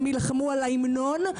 הם יילחמו על ההמנון,